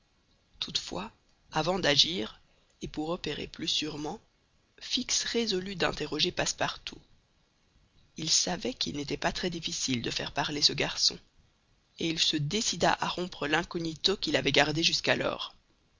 toutefois avant d'agir et pour opérer plus sûrement fix résolut d'interroger passepartout il savait qu'il n'était pas très difficile de faire parler ce garçon et il se décida à rompre l'incognito qu'il avait gardé jusqu'alors